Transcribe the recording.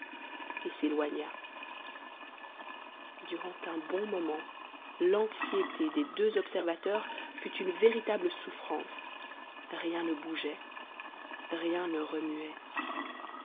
et s'éloigna durant un bon moment l'anxiété des deux observateurs fut une véritable souffrance rien ne bougeait rien ne remuait